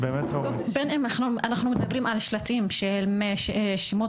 בין אם אנחנו מדברים על שלטים שהם שמות